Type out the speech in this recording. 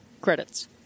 credits